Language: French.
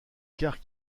quart